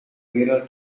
mirror